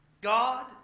God